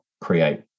create